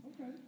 Okay